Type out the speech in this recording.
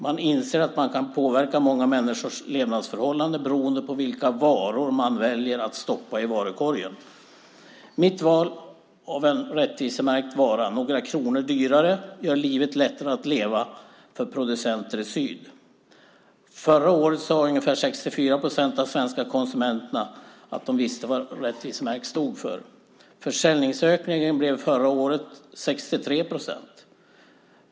Man inser att man kan påverka många människors levnadsförhållanden beroende på vilka varor man väljer att stoppa i varukorgen. Mitt val av en rättvisemärkt vara, några kronor dyrare, gör livet lättare att leva för producenter i syd. Förra året sade ungefär 64 procent av de svenska konsumenterna att de visste vad rättvisemärkt stod för. Försäljningsökningen blev förra året 63 procent.